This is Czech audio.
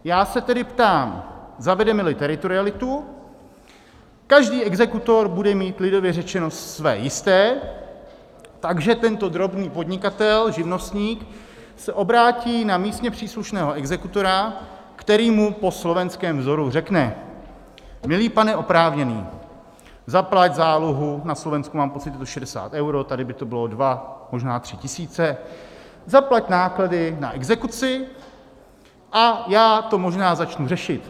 Já se tedy ptám: zavedemeli teritorialitu, každý exekutor bude mít lidově řečeno své jisté, takže tento drobný podnikatel, živnostník, se obrátí na místně příslušného exekutora, který mu po slovenském vzoru řekne: Milý pane oprávněný, zaplať zálohu, na Slovensku, mám pocit, je to 60 eur, tady by to bylo 2 000, možná 3 000, zaplať náklady na exekuci a já to možná začnu řešit.